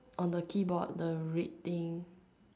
on the keyboard the red thing